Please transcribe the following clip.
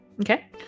Okay